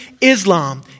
Islam